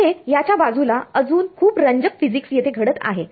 इथे याच्या बाजूला अजून खूप रंजक फिजिक्स येथे घडत आहे